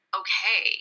okay